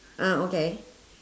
ah okay